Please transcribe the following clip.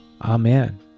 Amen